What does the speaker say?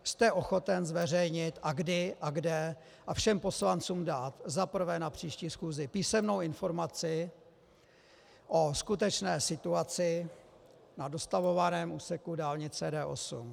Jste ochoten zveřejnit a kdy a kde a všem poslancům dát za prvé na příští schůzi písemnou informaci o skutečné situaci na dostavovaném úseku dálnice D8?